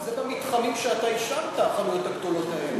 אבל זה במתחמים שאתה אישרת, החנויות הגדולות האלה.